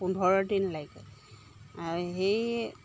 পোন্ধৰ দিন লাগে আৰু সেই